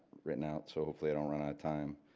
written out so hopefully i don't run out of time.